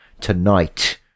tonight